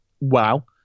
wow